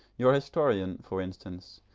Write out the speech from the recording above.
your historian, for instance,